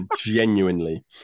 genuinely